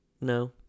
No